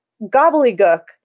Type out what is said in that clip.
gobbledygook